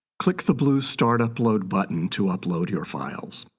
click the blue start upload button to upload your files.